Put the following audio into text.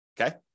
okay